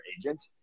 agent